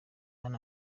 hano